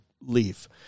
leave